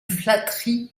flatterie